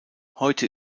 heute